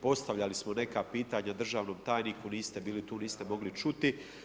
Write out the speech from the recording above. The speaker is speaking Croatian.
Postavili smo neka pitanja državnom tajniku, niste bili tu, niste mogli čuti.